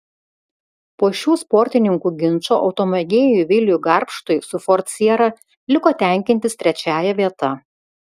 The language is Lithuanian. po šių sportininkų ginčo automėgėjui viliui garbštui su ford siera liko tenkintis trečiąja vieta